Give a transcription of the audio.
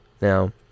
Now